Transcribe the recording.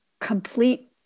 complete